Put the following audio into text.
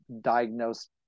diagnose